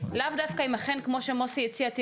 לאו דווקא אם אכן כמו שמוסי הציע תהיה